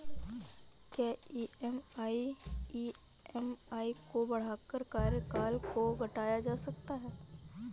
क्या ई.एम.आई को बढ़ाकर कार्यकाल को घटाया जा सकता है?